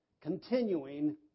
continuing